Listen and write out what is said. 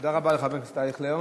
תודה רבה לחבר הכנסת אייכלר.